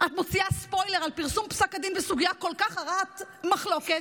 את מוציאה ספוילר על פרסום פסק הדין בסוגיה כל כך הרת מחלוקת,